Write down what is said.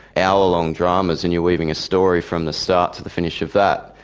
hour-long dramas, and you're weaving a story from the start to the finish of that,